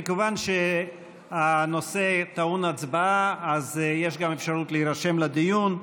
מכיוון שהנושא טעון הצבעה אז יש גם אפשרות להירשם לדיון.